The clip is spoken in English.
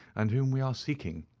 and whom we are seeking.